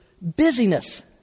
busyness